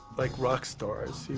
like, rock stars. he